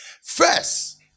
first